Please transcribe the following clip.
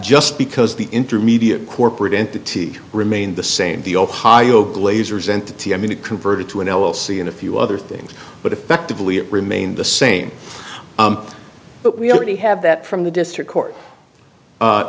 just because the intermediate corporate entity remained the same the ohio glazers entity i mean it converted to an l l c and a few other things but effectively it remained the same but we already have that from the district court